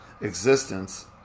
existence